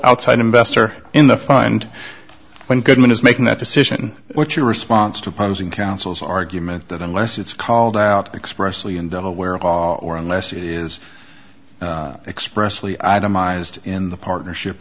outside investor in the fund when goodman is making that decision what's your response to opposing counsel's argument that unless it's called out expressly in delaware or unless it is expressly itemized in the partnership